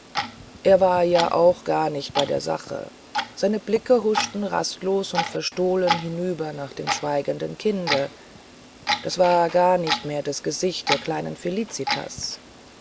er war ja aber auch gar nicht bei der sache seine blicke huschten rastlos und verstohlen hinüber nach dem schweigenden kinde das war gar nicht mehr das gesicht der kleinen felicitas